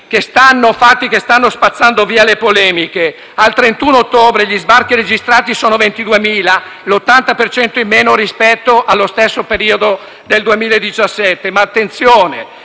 e spazzando via le polemiche. Al 31 ottobre, gli sbarchi registrati sono 22.000, l'80 per cento in meno rispetto allo stesso periodo del 2017. Attenzione,